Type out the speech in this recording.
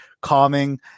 calming